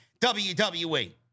WWE